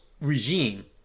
regime